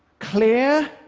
clear.